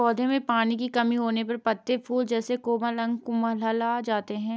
पौधों में पानी की कमी होने पर पत्ते, फूल जैसे कोमल अंग कुम्हला जाते हैं